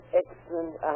excellent